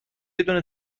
بدون